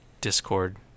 discord